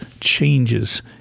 changes